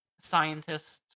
scientist